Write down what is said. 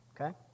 okay